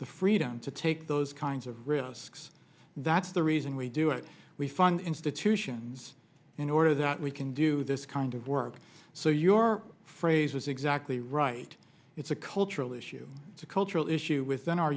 the freedom to take those kinds of risks that's the reason we do it we fund institutions in order that we can do this kind of work so your phrase is exactly right it's a cultural issue it's a cultural issue within our